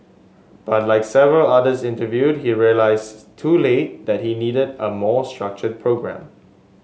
but like several others interviewed he realised too late that he needed a more structured programme